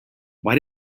why